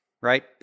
right